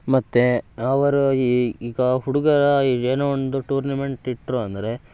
ಮತ್ತು ಅವರು ಈ ಈಗ ಹುಡುಗರು ಏನೋ ಒಂದು ಟೂರ್ನಿಮೆಂಟ್ ಇಟ್ಟರು ಅಂದರೆ